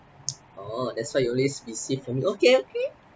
orh that's why you always receive from me okay okay